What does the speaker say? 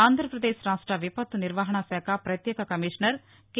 ఆంధ్రప్రదేశ్ రాష్ట విపత్తు నిర్వహణ శాఖ ప్రత్యేక కమీషనర్ కె